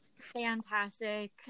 fantastic